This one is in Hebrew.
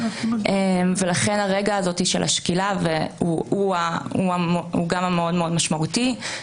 ולכן הרגע הזה של השקילה הוא גם המשמעותי מאוד.